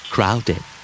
Crowded